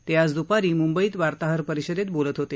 ते आज द्पारी म्ंबईत वार्ताहर परिषदेत बोलत होते